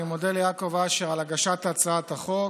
אני מודה ליעקב אשר על הגשת הצעת החוק.